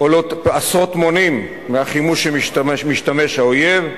גדולות עשרות מונים משל החימוש שבו משתמש האויב,